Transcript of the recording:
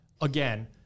again